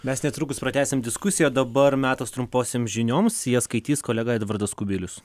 mes netrukus pratęsim diskusiją dabar metas trumposioms žinioms ją skaitys kolega edvardas kubilius